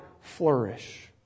flourish